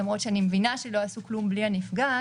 למרות שאני מבינה שלא עשו כלום בלי הנפגעת,